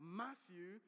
matthew